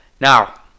Now